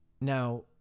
Now